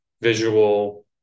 visual